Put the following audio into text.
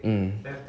mm